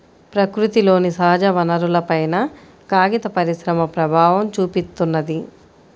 ప్రకృతిలోని సహజవనరులపైన కాగిత పరిశ్రమ ప్రభావం చూపిత్తున్నది